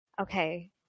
Okay